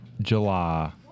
July